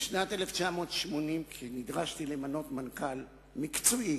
בשנת 1980, כשנדרשתי למנות מנכ"ל מקצועי